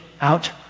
out